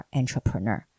entrepreneur